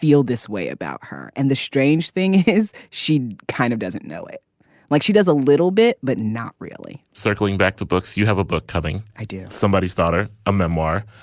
feel this way about her and the strange thing is she kind of doesn't know it like she does a little bit but not really circling back to books you have a book coming idea somebody's daughter a memoir.